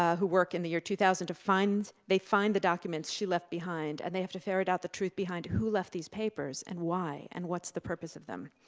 ah who work in the year two thousand to find they find the documents she left behind, and they have to ferret out the truth behind who left these papers, and why, and what's the purpose of them.